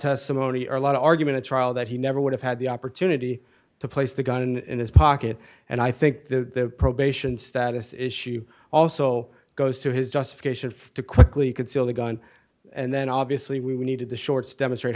testimony or lot of argument at trial that he never would have had the opportunity to place the gun in his pocket and i think the probation status issue also goes to his justification to quickly conceal the gun and then obviously we needed the shorts demonstrate